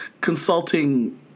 consulting